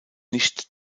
nicht